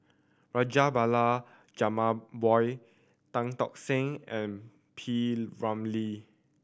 Rajabali Jumabhoy Tan Tock San and P Ramlee